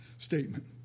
Statement